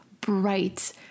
bright